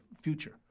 future